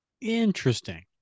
interesting